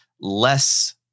less